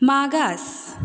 मागास